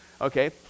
Okay